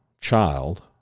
child